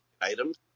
items